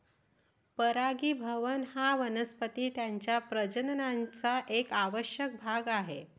परागीभवन हा वनस्पतीं च्या प्रजननाचा एक आवश्यक भाग आहे